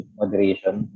moderation